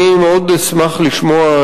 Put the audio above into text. אני מאוד אשמח לשמוע,